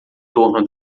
torno